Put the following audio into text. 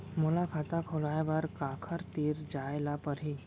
मोला खाता खोलवाय बर काखर तिरा जाय ल परही?